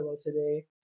today